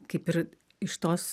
kaip ir iš tos